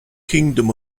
kingdom